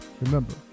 Remember